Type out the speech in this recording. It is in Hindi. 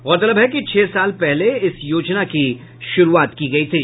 गौरतलब है कि छह साल पहले इस योजना की शुरूआत की गयी थी